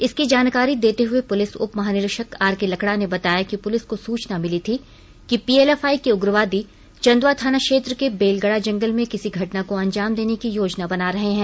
इसकी जानकारी देते हुए पुलिस उपमहानिरीक्षक आरके लकड़ा ने बताया कि पुलिस को सूचना मिली थी कि पीएलएफआई के उग्रवादी चंदवा थाना क्षेत्र के बेलगड़ा जंगल में किसी घटना को अंजाम देने की योजना बना रहे हैं